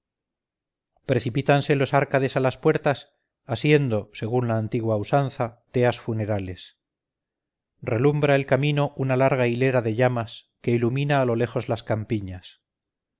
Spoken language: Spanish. precipítanse los árcades a las puertas asiendo según la antigua usanza teas funerales relumbra el camino una larga hilera de llamas que ilumina a lo lejos las campiñas